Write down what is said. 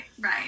right